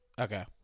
Okay